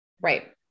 Right